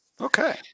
Okay